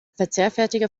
verzehrfertige